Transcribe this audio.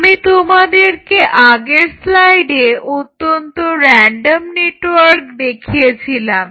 আমি তোমাদেরকে আগের স্লাইডে অত্যন্ত রেনডম নেটওয়ার্ক দেখিয়েছিলাম